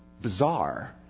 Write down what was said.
bizarre